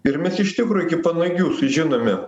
ir mes iš tikro iki panagių sužinome